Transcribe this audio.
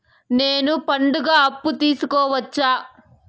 నేను పండుగ అప్పు తీసుకోవచ్చా?